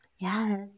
Yes